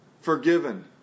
Forgiven